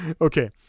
Okay